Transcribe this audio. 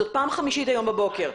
זאת פעם חמישית היום בבוקר.